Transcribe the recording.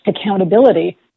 accountability